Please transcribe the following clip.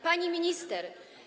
Pani Minister!